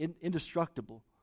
indestructible